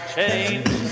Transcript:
change